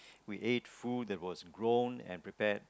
we ate food that was grown and prepared